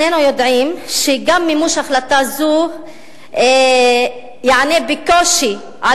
שנינו יודעים שגם מימוש החלטה זו יענה בקושי על